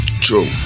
True